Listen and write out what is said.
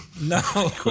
No